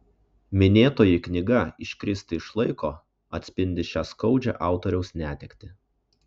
minėtoji knyga iškristi iš laiko atspindi šią skaudžią autoriaus netektį